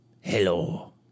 Hello